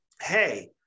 hey